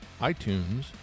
iTunes